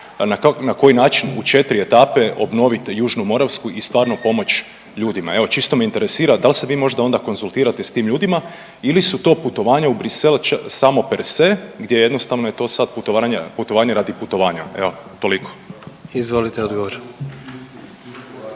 koji način u 4 etape obnovit Južnu Moravsku i stvarno pomoć ljudima. Evo čisto me interesira dal se vi možda onda konzultirate s tim ljudima ili su to putovanja u Brisel samo perse gdje jednostavno je to sad putovanje radi putovanja? Evo toliko. **Jandroković,